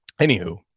anywho